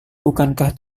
bukankah